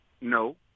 No